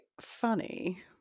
funny